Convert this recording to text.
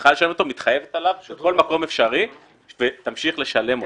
צריכה לשלם אותו, מתחייבת עליו ותמשיך לשלם אותו.